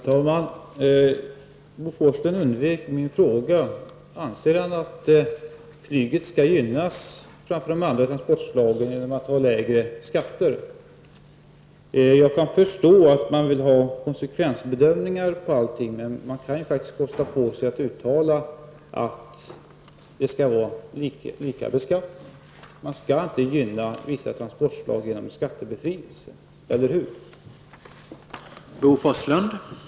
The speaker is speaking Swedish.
Herr talman! Bo Forslund undvek min fråga. Anser han att flyget skall gynnas framför andra transportslag genom lägre skatter? Jag kan förstå att man vill ha konsekvensbedömningar på allting, men man kan ju faktiskt kosta på sig att uttala att beskattningen skall vara densamma. Man skall inte gynna vissa transportslag genom skattebefrielse, eller hur?